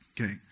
Okay